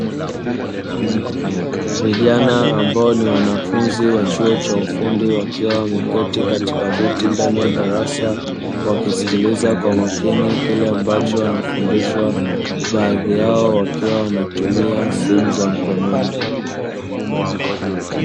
Vijana ambao ni wanafunzi wa chuo cha ufundi wakiwa wameketi katika viti ndani ya darasa, wakisikiliza kwa umakini kile ambacho wanafundishwa baadhi yao wakiwa wanatumia simu za mkononi.